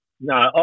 no